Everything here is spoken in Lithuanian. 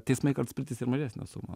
teismai kartais priteisia ir mažesnę sumą